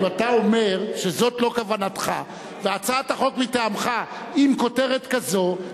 אם אתה אומר שזאת לא כוונתך והצעת החוק מטעמך היא עם כותרת כזאת,